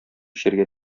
эчәргә